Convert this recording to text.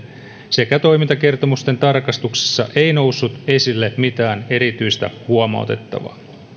sekä toimintakertomusten tarkastuksissa ei noussut esille mitään erityistä huomautettavaa